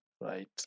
right